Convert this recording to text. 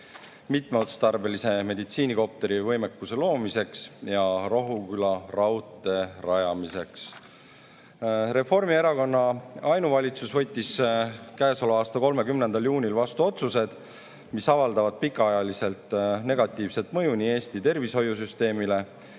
mitmeotstarbelise meditsiinikopteri võimekuse loomiseks ja Rohuküla raudtee rajamiseks. Reformierakonna ainuvalitsus võttis käesoleva aasta 30. juunil vastu otsused, mis avaldavad pikaajaliselt negatiivset mõju nii Eesti tervishoiusüsteemile